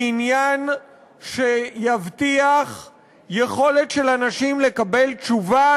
היא עניין שיבטיח יכולת של אנשים לקבל תשובה,